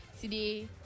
today